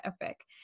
epic